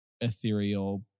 ethereal